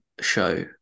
show